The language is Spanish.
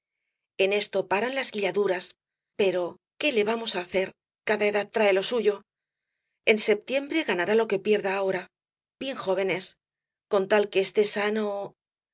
en esto paran las guilladuras pero qué le vamos á hacer cada edad trae lo suyo en septiembre ganará lo que pierde ahora bien joven es con tal que esté sano